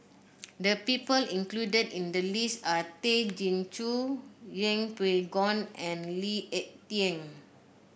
the people included in the list are Tay Chin Joo Yeng Pway Ngon and Lee Ek Tieng